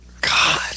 God